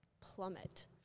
plummet